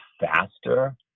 faster